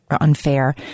unfair